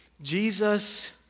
Jesus